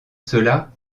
cela